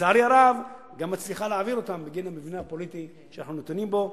ולצערי הרב גם מצליחה להעביר אותם בגין המבנה הפוליטי שאנחנו נתונים בו.